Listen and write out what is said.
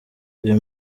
uyu